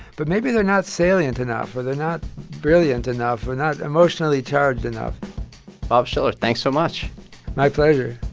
but maybe they're not salient enough, or they're not brilliant enough or not emotionally charged enough bob shiller, thanks so much my pleasure